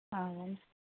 ಹಾಂ ಏನು ರಿ